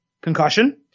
concussion